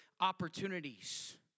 opportunities